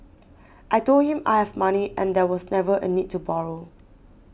I told him I have money and there was never a need to borrow